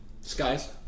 Skies